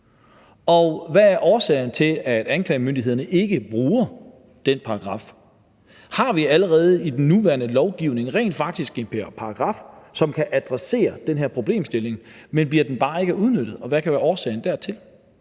og hvad er årsagen til, at anklagemyndigheden ikke bruger den paragraf? Har vi allerede i den nuværende lovgivning rent faktisk en paragraf, som kan adressere den her problemstilling, men bliver den bare ikke udnyttet, og hvad kan årsagen hertil